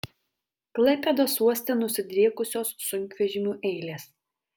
klaipėdos uoste nusidriekusios sunkvežimių eilės